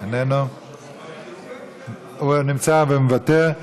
נמצא ומוותר.